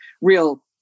real